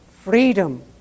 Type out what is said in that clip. freedom